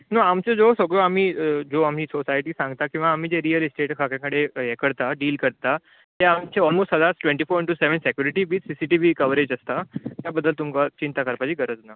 so आमच्यो ज्यो सगळ्यो आमी ज्यो आमी सोसायटी सांगता किंवा आमी जे रियल इस्टेट खात्या कडेन यें करता डील करता तें आमचें ऑलमोस्ट सदांच twenty four into seven security CCTV coverage आसता त्या बद्दल तुमकां चिंता करपाची गरज ना